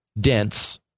dense